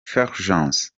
fulgence